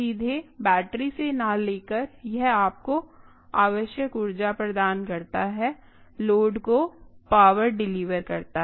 सीधे बैटरी से न लेकर यह आपको आवश्यक ऊर्जा प्रदान करता है लोड को पावर डेलीवेर करता है